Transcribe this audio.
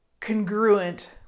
congruent